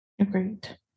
Agreed